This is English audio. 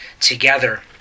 together